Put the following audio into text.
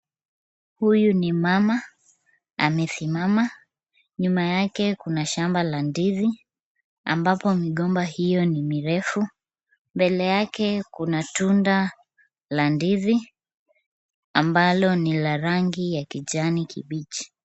Huyu ni mama amesimama. Nyuma yake kuna shamba la ndizi ambapo migomba hiyo ni mirefu. Mbele yake kuna tunda la ndizi, ambalo ni la rangi ya kijani kibichi.